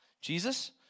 Jesus